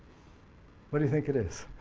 what do you think it is?